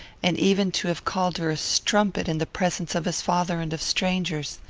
and even to have called her strumpet in the presence of his father and of strangers.